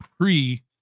pre